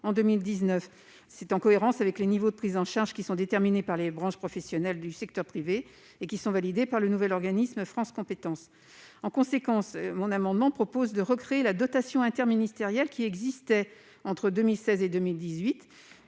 en 2019, en cohérence avec les niveaux de prise en charge déterminés par les branches professionnelles du secteur privé et validés par le nouvel organisme France Compétences. En conséquence, avec cet amendement, nous proposons de recréer la dotation interministérielle qui existait entre 2016 et 2018